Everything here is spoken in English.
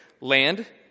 Land